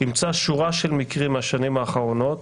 ימצא שורה של מקרים מהשנים האחרונות,